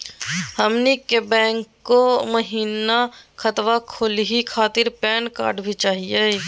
हमनी के बैंको महिना खतवा खोलही खातीर पैन कार्ड भी चाहियो?